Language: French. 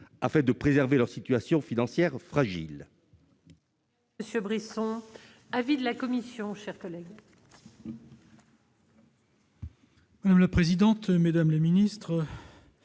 afin de préserver leur situation financière fragile.